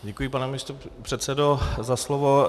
Děkuji, pane místopředsedo, za slovo.